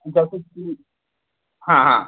जैसे कि हाँ हाँ